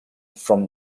from